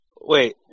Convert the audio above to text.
Wait